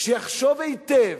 שיחשוב היטב,